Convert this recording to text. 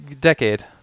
Decade